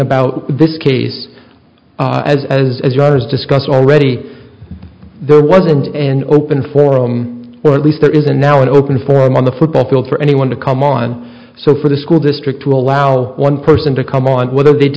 about this case as as as was discussed already there wasn't an open forum or at least there isn't now an open forum on the football field for anyone to come on so for the school district to allow one person to come on whether they